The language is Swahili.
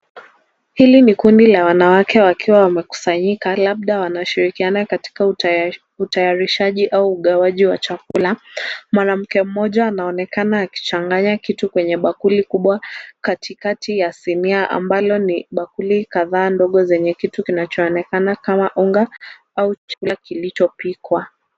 Hili ni kundi la wanawake wakiwa wamekusanyika labda wanashirikiana katika utayarishaji au ugawaji wa chakula. Mwanamke mmoja anaonekana akichanganya kitu kwenye bakuli kubwa katikati ya sinia ambalo ni bakuli kadhaa ndogo zenye kitu kinachoonekana kama unga ama chakula kilichopikwa.